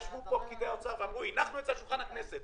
כשפקידי האוצר ישבו פה הם אמרו שהניחו על שולחן הכנסת.